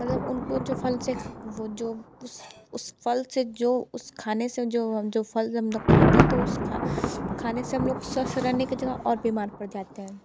मतलब उनको जो फल से वो जो उस उस फल से जो उस खाने से जो हम जो फल हम लोग खाते हैं तो उस खा खाने से हम लोग स्वस्थ रहने की जगह और बीमार पड़ जाते हैं